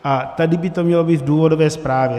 A tady by to mělo být v důvodové zprávě.